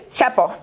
Chapo